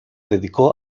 dedicó